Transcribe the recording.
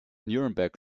nuremberg